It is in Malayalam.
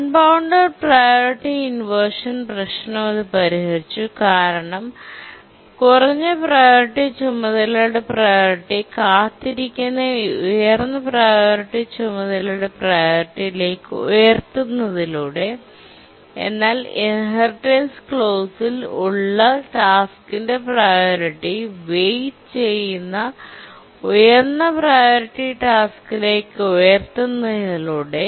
അൺബൌണ്ടഡ് പ്രിയോറിറ്റി ഇൻവെർഷൻ പ്രശ്നം ഇത് പരിഹരിച്ചു കാരണം കുറഞ്ഞ പ്രിയോറിറ്റി ചുമതലയുടെ പ്രിയോറിറ്റി കാത്തിരിക്കുന്ന ഉയർന്ന പ്രിയോറിറ്റി priorityചുമതലയുടെ പ്രിയോറിറ്റിയിലേക്ക് ഉയർത്തുന്നതിലൂടെ എന്നാൽ ഇൻഹെറിറ്റൻസ് ക്ലോസിൽ കുറഞ്ഞ പ്രിയോറിറ്റി ഉള്ള ടാസ്കിന്റെ പ്രിയോറിറ്റി വെയിറ്റ് ചെയ്യുന്ന ഉയർന്ന പ്രിയോറിറ്റി ടാസ്കിലേക് ഉയർത്തുന്നതിലൂടെ